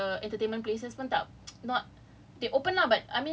like even like activity punya entertainment places pun tak not